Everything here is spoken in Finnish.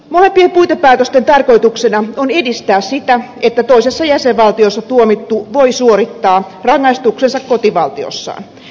molempien puitepäätösten tarkoituksena on edistää sitä että toisessa jäsenvaltiossa tuomittu voi suorittaa rangaistuksensa kotivaltiossaan